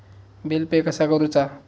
Bill pay कसा करुचा?